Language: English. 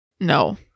No